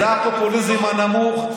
זה הפופוליזם הנמוך,